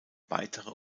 weitere